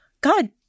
God